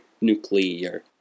nuclear